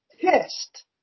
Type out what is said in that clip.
test